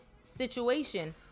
situation